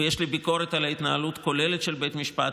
ויש לי ביקורת על ההתנהלות הכוללת של בית המשפט,